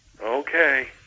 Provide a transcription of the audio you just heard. Okay